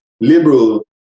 liberal